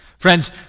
Friends